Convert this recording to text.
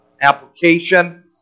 application